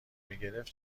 میگرفت